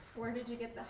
where did you get